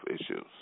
issues